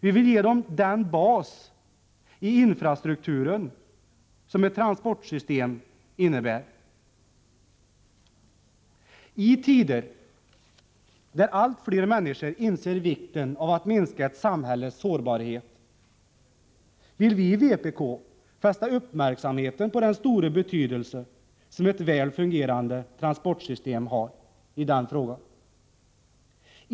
Vi vill ge dem den bas i infrastrukturen som ett transportsystem innebär. I tider då allt fler människor inser vikten av att minska ett samhälles sårbarhet vill vi i vpk fästa uppmärksamheten på den stora betydelse som ett väl fungerande transportsystem har.